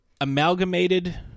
amalgamated